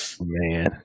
Man